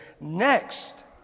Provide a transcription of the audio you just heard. Next